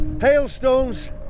Hailstones